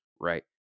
right